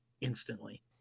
instantly